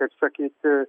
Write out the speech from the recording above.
kaip sakyti